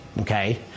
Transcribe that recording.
Okay